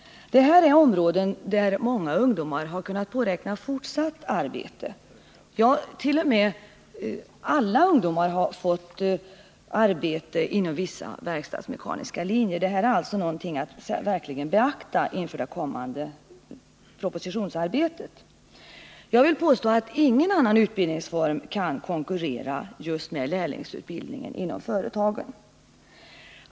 Detta är områden där många ungdomar har kunnat påräkna fortsatt arbete. Inom vissa verkstadsmekaniska linjer har t.o.m. alla fått arbete. Detta är alltså någonting att verkligen beakta inför det kommande propositionsarbetet. Jag vill påstå att ingen annan utbildningsform kan konkurrera med just lärlingsutbildning inom företagen.